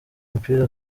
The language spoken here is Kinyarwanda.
mupira